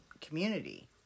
community